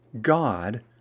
God